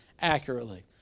accurately